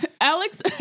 Alex